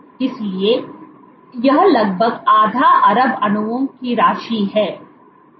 इसलिए यह लगभग आधा अरब अणुओं की राशि है